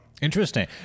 Interesting